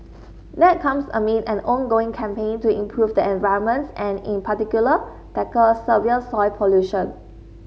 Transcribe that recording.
that comes amid an ongoing campaign to improve the environment and in particular tackle severe soil pollution